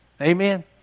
Amen